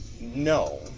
no